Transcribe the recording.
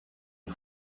une